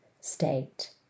state